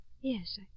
Yes